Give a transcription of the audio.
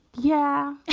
yeah,